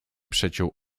przeciął